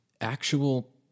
actual